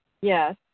Yes